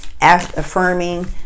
affirming